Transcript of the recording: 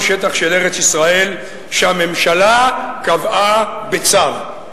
שטח של ארץ-ישראל שהממשלה קבעה בצו".